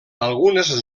algunes